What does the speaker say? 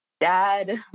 dad